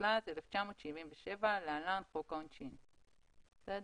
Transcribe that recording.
התשל"ז-1977 (להלן חוק העונשין)".